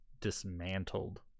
dismantled